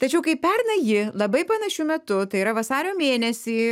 tačiau kai pernai ji labai panašiu metu tai yra vasario mėnesį